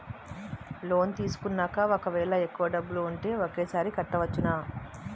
Loan తీసుకున్నాక ఒకవేళ ఎక్కువ డబ్బులు ఉంటే ఒకేసారి కట్టవచ్చున?